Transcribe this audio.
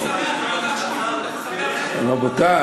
אני עם הממשלה שלי מצביע, ולא אתכם.